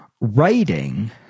writing